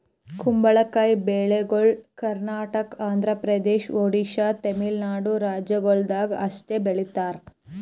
ಕುಂಬಳಕಾಯಿ ಬೆಳಿಗೊಳ್ ಕರ್ನಾಟಕ, ಆಂಧ್ರ ಪ್ರದೇಶ, ಒಡಿಶಾ, ತಮಿಳುನಾಡು ರಾಜ್ಯಗೊಳ್ದಾಗ್ ಅಷ್ಟೆ ಬೆಳೀತಾರ್